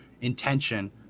intention